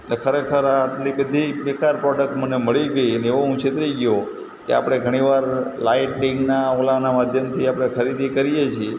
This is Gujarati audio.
એટલે ખરેખર આ આટલી બધી બેકાર પ્રોડક્ટ મને મળી ગઈ અને એવો હું છેતરાઈ ગયો કે આપણે ઘણી વાર લાઇટિંગના ઓલાના માધ્યમથી આપણે ખરીદી કરીએ છીએ